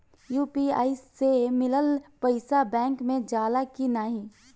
UPI से मिलल पईसा बैंक मे जाला की नाहीं?